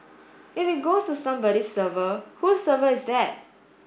if it goes to somebody's server whose server is that